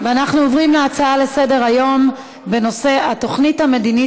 אנחנו עוברים להצעות לסדר-היום בנושא התוכנית המדינית